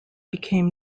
became